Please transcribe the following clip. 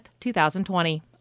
2020